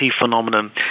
phenomenon